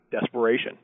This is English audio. desperation